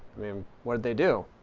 i mean, what did they do?